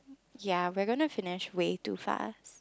ya we're gonna finish way too fast